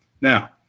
Now